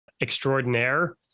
extraordinaire